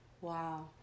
wow